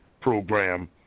program